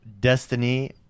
Destiny